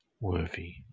worthy